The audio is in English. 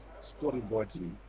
storyboarding